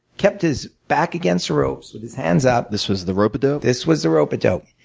kept his back against the ropes with his hands up. this was the rope a dope? this was the rope a dope.